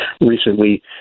recently